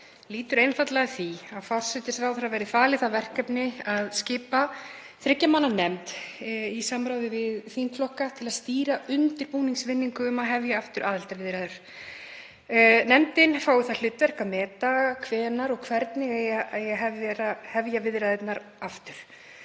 lýtur einfaldlega að því að forsætisráðherra verði falið það verkefni að skipa þriggja manna nefnd í samráði við þingflokka til að stýra undirbúningsvinnu um að hefja aftur aðildarviðræður. Nefndin fái það hlutverk að meta hvenær og hvernig eigi að hefja viðræðurnar aftur.